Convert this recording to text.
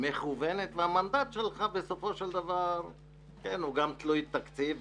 מכוונת והמנדט שלך בסופו של דבר הוא גם תלוי תקציב,